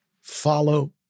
Follow